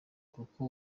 kuko